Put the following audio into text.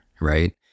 right